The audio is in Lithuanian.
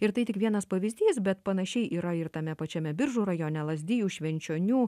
ir tai tik vienas pavyzdys bet panašiai yra ir tame pačiame biržų rajone lazdijų švenčionių